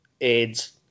aids